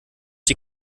die